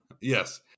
Yes